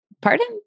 Pardon